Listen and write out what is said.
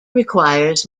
requires